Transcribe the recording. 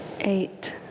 eight